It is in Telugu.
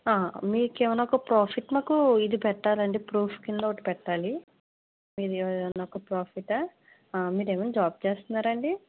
ఆ మీకేమన్నా ఒక ప్రాఫిట్ మాకు ఇది పెట్టాలండి ప్రూఫ్ కింద ఒకటి పెట్టాలి మీది ఏదన్నా ఒక ప్రాఫిటా ఆ మీరేమైనా జాబ్ చేస్తున్నారా అండి